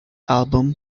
album